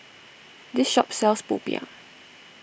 this shop sells Popiah